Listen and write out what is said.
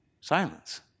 silence